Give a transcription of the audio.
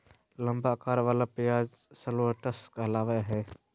लंबा अकार वला प्याज शलोट्स कहलावय हय